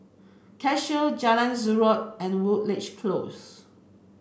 Cashew Jalan Zamrud and Woodleigh Close